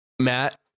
Matt